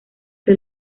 que